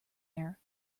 air